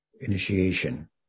initiation